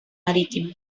marítimo